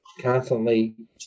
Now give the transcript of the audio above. constantly